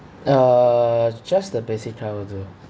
uh just the basic travel will do